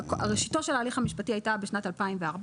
ראשיתו של ההליך המשפטי הייתה בשנת 2014,